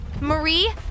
Marie